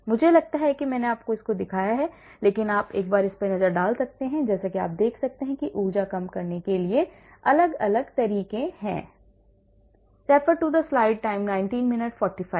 मुझे लगता है कि मैंने इसे आपको नहीं दिखाया लेकिन आप इस पर एक नज़र डाल सकते हैं और जैसा कि आप देख सकते हैं कि ऊर्जा कम करने के लिए अलग अलग तरीके हैं